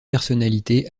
personnalités